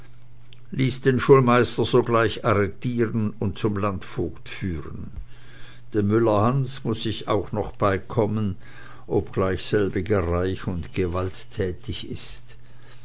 ließ den schulmeister alsochgleich arretiren und zum landvogt führen dem müllerhans muß ich auch noch beikommen obgleich selbiger reich und gewaltthätig ist